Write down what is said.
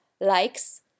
likes